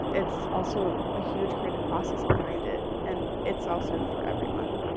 it's also a huge creative process behind it, and it's also for everyone.